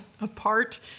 apart